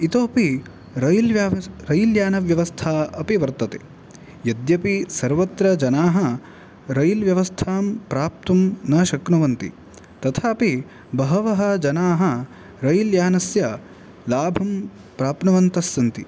इतोपि रैल् व्यव रैल्यानव्यवस्था अपि वर्तते यद्यपि सर्वत्र जनाः रैल् व्यवस्थां प्राप्तुं न शक्नुवन्ति तथापि बहवः जनाः रैल्यानस्य लाभं प्राप्नुवन्तस्सन्ति